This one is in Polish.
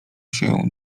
się